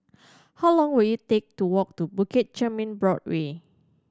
how long will it take to walk to Bukit Chermin Boardwalk